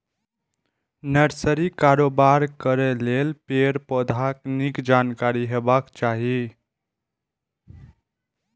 नर्सरीक कारोबार करै लेल पेड़, पौधाक नीक जानकारी हेबाक चाही